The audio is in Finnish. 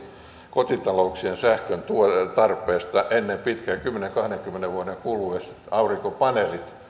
kotitalouksien sähköntarpeesta ennen pitkää kymmenen viiva kahdenkymmenen vuoden kuluessa aurinkopaneelit